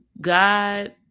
God